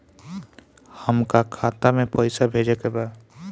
हमका खाता में पइसा भेजे के बा